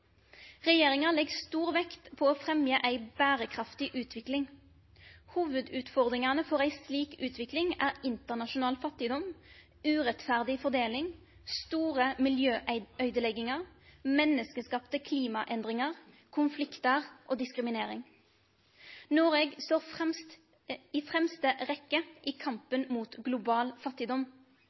Regjeringa legg stor vekt på å fremje ei berekraftig utvikling. Hovudutfordringane for ei slik utvikling er internasjonal fattigdom, urettferdig fordeling, store miljøøydeleggingar, menneskeskapte klimaendringar, konfliktar og diskriminering. Noreg står i fremste rekkje i kampen mot global fattigdom.